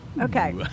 Okay